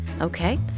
Okay